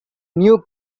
new